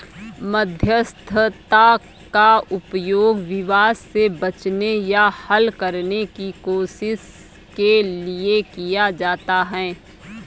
मध्यस्थता का उपयोग विवाद से बचने या हल करने की कोशिश के लिए किया जाता हैं